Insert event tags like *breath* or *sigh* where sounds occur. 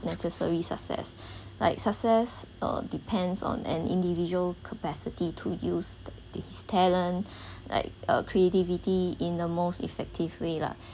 necessary success *breath* like success uh depends on an individual capacity to use the his talent *breath* like a creativity in the most effective way lah